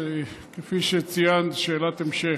שכפי שציינת היא שאלת המשך,